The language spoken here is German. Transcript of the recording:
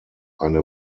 eine